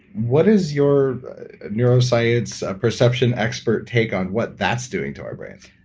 what is your neuroscience perception expert take on what that's doing to our brains?